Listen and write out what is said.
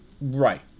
Right